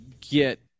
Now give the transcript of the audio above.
get